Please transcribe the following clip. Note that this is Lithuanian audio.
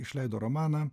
išleido romaną